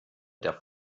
der